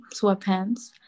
sweatpants